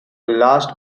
last